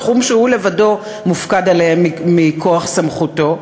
בתחום שהוא לבדו מופקד עליו מכוח סמכותו,